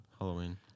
Halloween